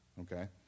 okay